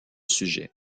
sujet